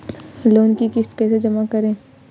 Loan की किश्त कैसे जमा करें?